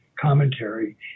Commentary